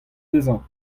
dezhañ